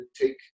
take